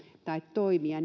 tai toimia